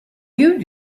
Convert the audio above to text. you